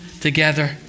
together